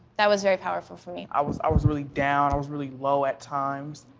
that was very powerful for me. i was i was really down, i was really low at times.